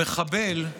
המחבל,